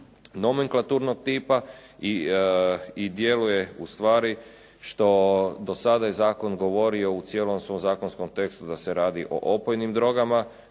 nomenklaturnog tipa i djeluje ustvari što dosada je zakon govorio u cijelom svom zakonskom tekstu da se radi o opojnim drogama,